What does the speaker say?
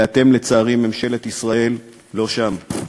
ולצערי, אתם, ממשלת ישראל, לא שם.